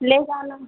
ले जाना